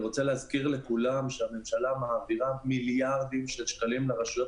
אני רוצה להזכיר לכולם שהממשלה מעבירה מיליארדי שקלים לרשויות